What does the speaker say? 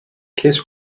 kiss